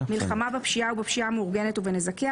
מלחמה בפשיעה ובפשיעה המאורגנת ונזקיה,